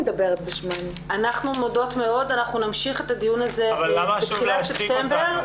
אנחנו נמשיך את הדיון הזה בתחילת ספטמבר.